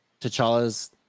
T'Challa's